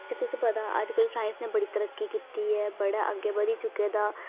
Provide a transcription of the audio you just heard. जे तुसें गी पता अजकल साईंस ने बड़ी तरक्की कीती ऐ बड़ा अग्गें बधी चुके दा